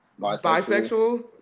bisexual